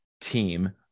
team